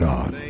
God